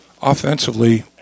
offensively